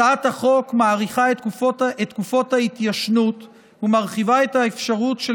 הצעת החוק מאריכה את תקופות ההתיישנות ומרחיבה את האפשרות של